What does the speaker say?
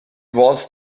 was